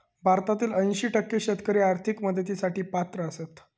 भारतातील ऐंशी टक्के शेतकरी आर्थिक मदतीसाठी पात्र आसत